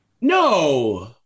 No